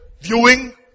viewing